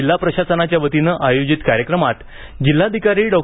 जिल्हा प्रशासनाच्या वतीनं आयोजित कार्यक्रमात जिल्हाधिकारी डॉ